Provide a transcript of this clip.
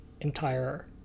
entire